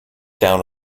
down